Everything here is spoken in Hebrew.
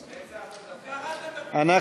הכספים 2018, נתקבל.